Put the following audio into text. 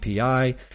API